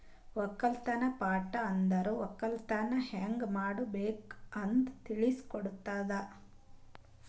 ಒಕ್ಕಲತನದ್ ಪಾಠ ಅಂದುರ್ ಒಕ್ಕಲತನ ಹ್ಯಂಗ್ ಮಾಡ್ಬೇಕ್ ಅಂತ್ ತಿಳುಸ್ ಕೊಡುತದ